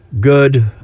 good